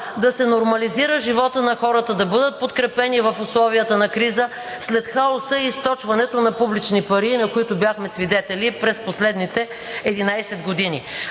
да се нормализира животът на хората, да бъдат подкрепени в условията на криза след хаоса и източването на публични пари, на които бяхме свидетели през последните 11 години.